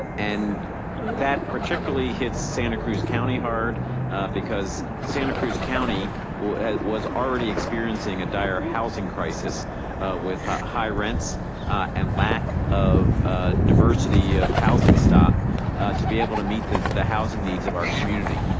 and that particularly hits santa cruz county hard because santa cruz county was already experiencing a dire housing crisis with high rents and lack of diversity of housing stock to be able to meet the the housing needs of our community.